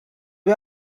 you